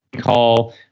call